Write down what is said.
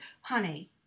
honey